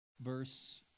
Verse